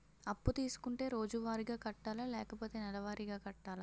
అప్పు తీసుకుంటే రోజువారిగా కట్టాలా? లేకపోతే నెలవారీగా కట్టాలా?